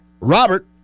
Robert